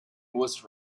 was